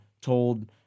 told